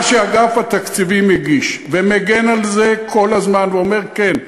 מה שאגף התקציבים הגיש ומגן על זה כל הזמן ואומר: כן,